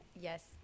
yes